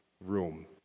room